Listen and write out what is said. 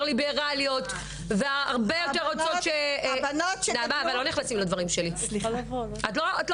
ליברליות והרבה יותר רוצות --- הבנות שגדלו --- אבל נעמה,